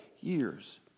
years